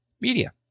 media